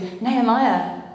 Nehemiah